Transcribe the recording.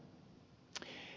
puhemies